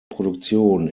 produktion